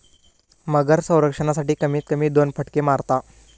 मगर संरक्षणासाठी, कमीत कमी दोन फटके मारता